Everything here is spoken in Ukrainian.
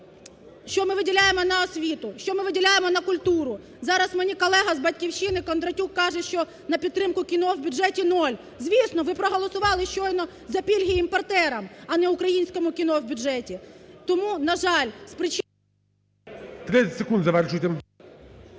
Що ми виділяємо на освіту? Що ми виділяємо на культуру? Зараз мені колега з "Батьківщини" Кондратюк каже, що на підтримку кіно в бюджеті – нуль. Звісно, ви проголосували щойно за пільги імпортерам, а не українському кіно, в бюджеті. Тому, на жаль, з причини… ГОЛОВУЮЧИЙ. 30 секунд, завершуйте.